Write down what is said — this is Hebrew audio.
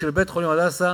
ביניהם.